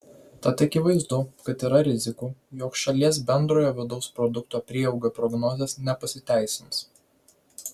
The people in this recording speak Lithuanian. tad akivaizdu kad yra rizikų jog šalies bendrojo vidaus produkto prieaugio prognozės nepasiteisins